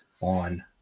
on